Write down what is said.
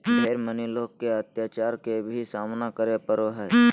ढेर मनी लोग के अत्याचार के भी सामना करे पड़ो हय